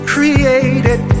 Created